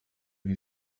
iri